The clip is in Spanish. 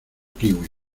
kiwi